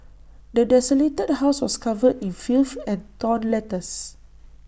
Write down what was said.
the desolated house was covered in filth and torn letters